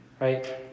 Right